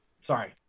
sorry